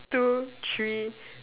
two three